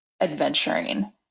adventuring